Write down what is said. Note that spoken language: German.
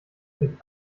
mit